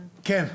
כן.